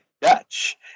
Dutch